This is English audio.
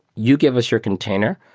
you give us your container,